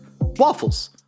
waffles